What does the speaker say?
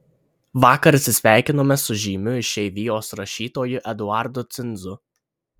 vakar atsisveikinome su žymiu išeivijos rašytoju eduardu cinzu